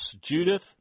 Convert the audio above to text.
Judith